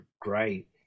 great